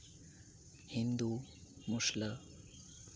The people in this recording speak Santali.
ᱦᱤᱱᱫᱩ ᱢᱩᱥᱞᱟᱹ